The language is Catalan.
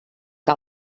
que